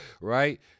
Right